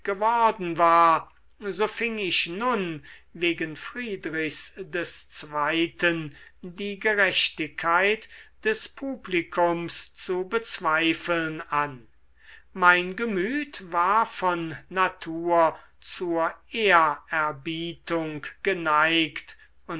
geworden war so fing ich nun wegen friedrichs des zweiten die gerechtigkeit des publikums zu bezweifeln an mein gemüt war von natur zur ehrerbietung geneigt